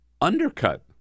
undercut